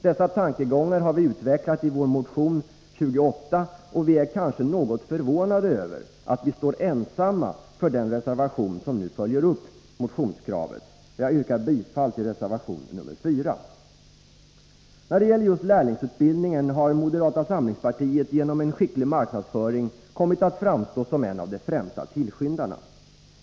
Dessa tankegångar har vi utvecklat i vår motion 1983/84:28, och vi är kanske något förvånade över att vi står ensamma för den reservation som nu följer upp motionskravet. Jag yrkar bifall till reservation 4. När det gäller just lärlingsutbildningen har moderata samlingspartiet genom en skicklig marknadsföring kommit att framstå som en av de främsta tillskyndarna.